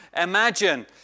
imagine